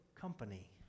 company